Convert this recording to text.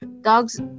Dog's